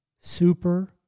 super